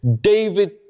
David